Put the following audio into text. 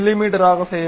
me ஆக செய்யலாம்